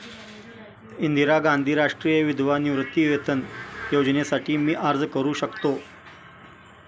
इंदिरा गांधी राष्ट्रीय विधवा निवृत्तीवेतन योजनेसाठी मी अर्ज करू शकतो?